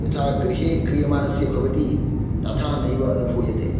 यथा गृहे क्रियमाणस्य भवति तथा नैव अनुभूयते